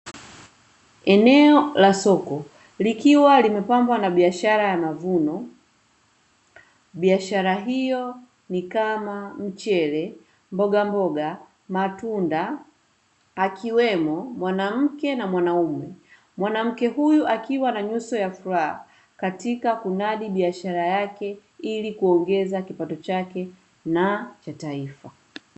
Eneo la soko likiwa limepambwa na biashara ya mavuno, biashara hiyo ni kama mchele, mbogamboga, matunda, akiwemo mwanamke na mwanaume, mwanamke huyu akiwa na nyuso ya furaha, katika kunadi biashara yake ili kuongeza kipato chake na cha taifa.